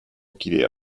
kidea